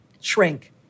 shrink